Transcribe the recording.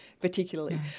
particularly